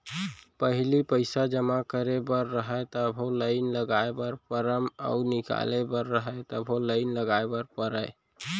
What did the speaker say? पहिली पइसा जमा करे बर रहय तभो लाइन लगाय बर परम अउ निकाले बर रहय तभो लाइन लगाय बर परय